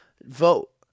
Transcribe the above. vote